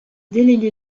délégués